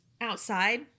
outside